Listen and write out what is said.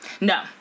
No